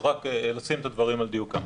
רק לשים את הדברים על דיוקם.